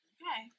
Okay